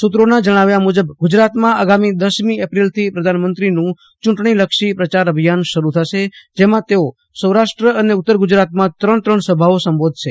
સુત્રોના જણાવ્યા મુજબ ગુજરાતમાં આગામી દસમી એપ્રિલથી પ્રધાનમંત્રીનું ચુંટણીલક્ષી પ્રચાર અભિયાન શરુ થશેજેમાં તેઓ સૌરાષ્ટ્ર અને ઉત્તર ગુજરાતમાં ત્રણ સભાઓ સંબોધશે